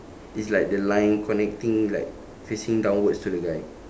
it's like the line connecting like facing downwards to the guy